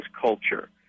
Culture